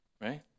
Right